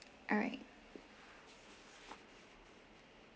alright